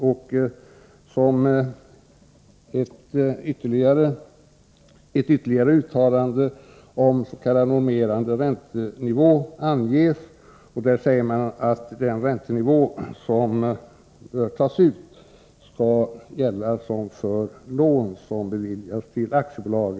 I ett ytterligare Nr 160 uttalande om s.k. normerande räntenivå anges att den ränta som bör tas ut Fredagen den skall vara densamma som gäller för lån som beviljas till AB Industrikredit.